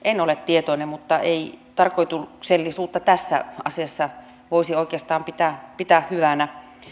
en ole tietoinen mutta ei tarkoituksellisuutta tässä asiassa voisi oikeastaan pitää pitää hyvänä